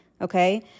okay